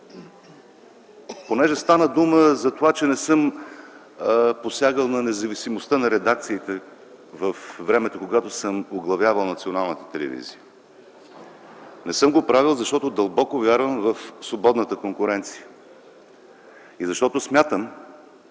понеже стана дума затова, че не съм посягал на независимостта на редакциите във времето, когато съм оглавявал Националната телевизия. Не съм го правил, защото дълбоко вярвам в свободната конкуренция. Смятам,